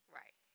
right